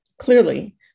Clearly